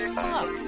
fuck